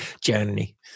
Journey